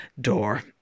door